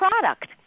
product